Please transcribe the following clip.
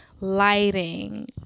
Lighting